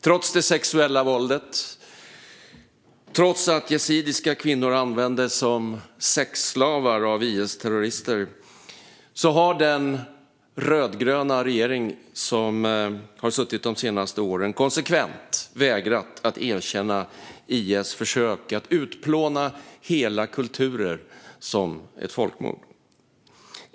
Trots det sexuella våldet och trots att yazidiska kvinnor användes som sexslavar av IS-terrorister har den rödgröna regering som har suttit vid makten de senaste åren konsekvent vägrat att erkänna IS försök att utplåna hela kulturer som ett folkmord.